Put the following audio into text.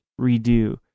redo